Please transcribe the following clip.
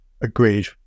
Agreed